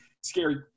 scary